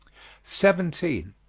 seventeen.